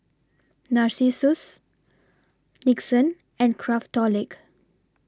Narcissus Nixon and Craftholic